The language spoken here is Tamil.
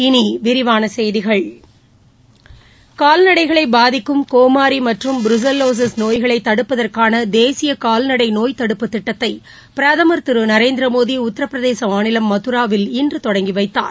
இனி விரிவான செய்திகள் கால்நடைகளை பாதிக்கும் கோமாரி மற்றும் புருசெல்லோசிஸ் நோய்களை தடுப்பதற்கான தேசிய கால்நடை நோய்த் தடுப்புத் திட்டத்தை பிரதமர் திரு நரேந்திர மோடி உத்திரபிரதேச மாநிலம் மதராவில் இன்று தொடங்கி வைத்தார்